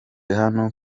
hano